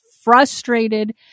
frustrated